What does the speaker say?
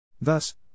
Thus